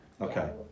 Okay